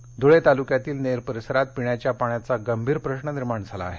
पाणी धुळे तालुक्यातील नेर परिसरात पिण्याच्या पाण्याचा गंभीर प्रश्न निर्माण झाला आहे